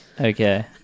Okay